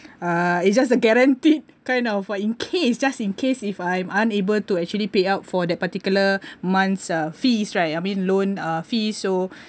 uh it's just a guaranteed kind of uh in case just in case if I'm unable to actually payout for that particular month's uh fees right I mean loan uh fee so